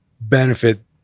benefit